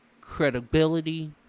credibility